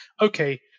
Okay